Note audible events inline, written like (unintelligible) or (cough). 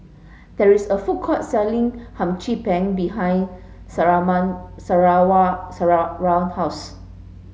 there is a food court selling Hum Chim Peng behind (unintelligible) house